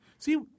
See